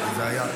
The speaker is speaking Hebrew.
המזכיר,